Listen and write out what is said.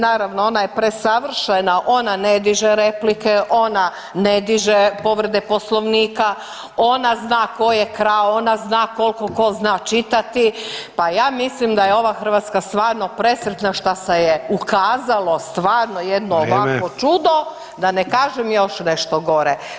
Naravno ona je presavršena, ona ne diže replike, ona ne diže povrede poslovnika, ona zna ko je krao, ona zna koliko ko zna čitati, pa ja mislim da je ova Hrvatska stvarno presretna šta se je ukazalo stvarno ovakvo jedno čudo, [[Upadica Sanader: Vrijeme.]] da ne kažem još nešto gore.